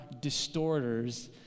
distorters